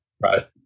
Right